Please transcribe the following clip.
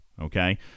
okay